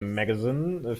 magazin